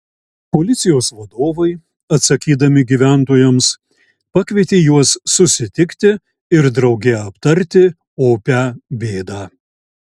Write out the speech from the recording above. policijos vadovai atsakydami gyventojams pakvietė juos susitikti ir drauge aptarti opią bėdą